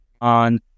on